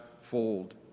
fold